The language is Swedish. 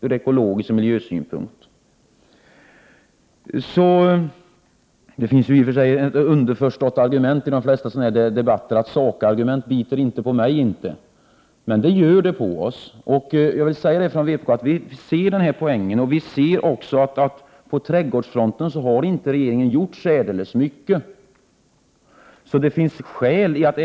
I de flesta debatter finns det ett underförstått argument: Sakargument biter inte på mig. Men det gör det på oss i vpk. Vi i vpk ser poängen bakom reservationen, och vi ser att regeringen inte har gjort särdeles mycket på trädgårdsfronten.